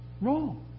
wrong